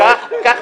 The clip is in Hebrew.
--- חבר'ה,